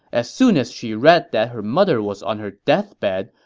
as soon as she read that her mother was on her deathbed,